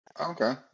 Okay